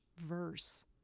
verse